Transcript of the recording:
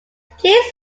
please